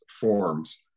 forms